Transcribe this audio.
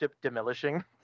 demolishing